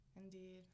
Indeed